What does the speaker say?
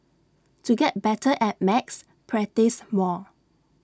to get better at maths practise more